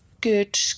good